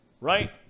right